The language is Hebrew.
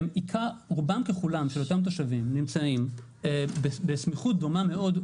רובם ככולם של אותם תושבים נמצאים בסמיכות דומה מאוד,